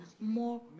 more